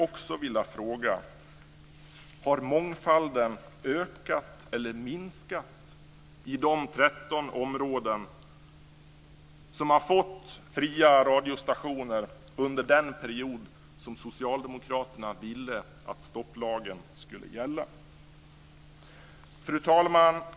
Och har mångfalden ökat eller minskat i de 13 områden som har fått fria radiostationer under den period som Socialdemokraterna ville att stopplagen skulle gälla? Fru talman!